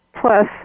plus